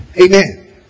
Amen